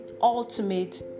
ultimate